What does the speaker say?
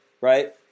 right